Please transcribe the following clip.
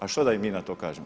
A što da im mi na to kažemo?